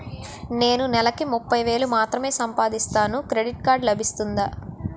నేను నెల కి ముప్పై వేలు మాత్రమే సంపాదిస్తాను క్రెడిట్ కార్డ్ లభిస్తుందా?